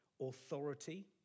authority